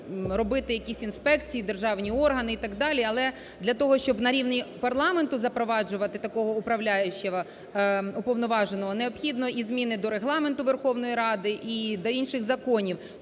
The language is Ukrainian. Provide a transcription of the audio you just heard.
робити якісь інспекції, державні органи і так далі. Але для того, щоб на рівні парламенту запроваджувати такого управляючого… уповноваженого, необхідно і зміни до Регламенту Верховної Ради і до інших законів.